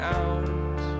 out